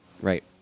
Right